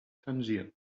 tangier